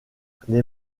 les